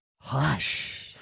Hush